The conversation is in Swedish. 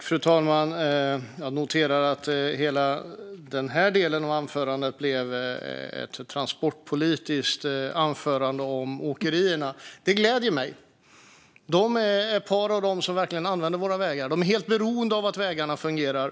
Fru talman! Jag noterar att det blev ett transportpolitiskt anförande om åkerierna. Det gläder mig. Det är ett par av dem som verkligen använder våra vägar, och de är helt beroende av att vägarna fungerar.